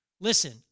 Listen